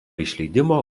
išleidimo